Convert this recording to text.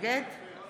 נגד